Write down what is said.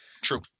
True